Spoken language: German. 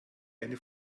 eine